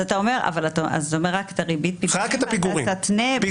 אז אתה אומר שרק את ריבית הפיגורים אתה תתנה -- רק את הפיגורים,